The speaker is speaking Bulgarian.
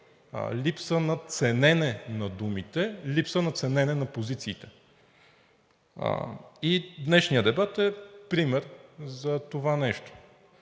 липса на ценене на думите, липса на ценене на позициите и днешният дебат е пример за това нещо.